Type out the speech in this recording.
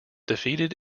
defeated